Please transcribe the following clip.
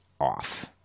off